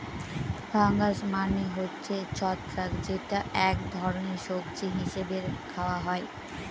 fungus মানে হচ্ছে ছত্রাক যেটা এক ধরনের সবজি হিসেবে খাওয়া হয়